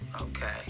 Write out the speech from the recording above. Okay